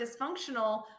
dysfunctional